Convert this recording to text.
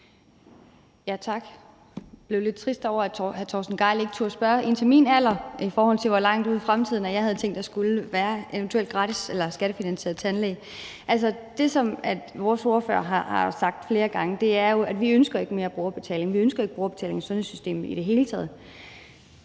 (V): Tak. Jeg blev lidt trist over, at hr. Torsten Gejl ikke turde spørge ind til min alder, i forhold til hvor langt ude i fremtiden jeg havde tænkt at der eventuelt skulle være gratis eller skattefinansieret tandlæge. Altså, det, som vores ordfører har sagt flere gange, er jo, at vi ikke ønsker mere brugerbetaling. Vi ønsker ikke brugerbetaling i sundhedssystemet i det hele taget.